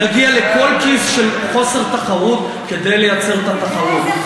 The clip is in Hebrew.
נגיע לכל כיס של חוסר תחרות כדי לייצר את התחרות.